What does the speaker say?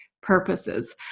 purposes